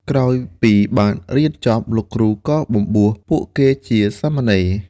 ក្រោយពីបានរៀនចប់ លោកគ្រូក៏បំបួសពួកគេជាសាមណេរ។